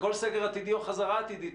בכל סגר עתידי או חזרה עתידית,